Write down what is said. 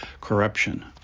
corruption